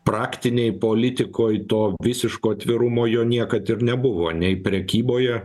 praktinėj politikoj to visiško atvirumo jo niekad ir nebuvo nei prekyboje